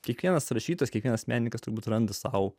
kiekvienas rašytojas kiekvienas menininkas turbūt randa sau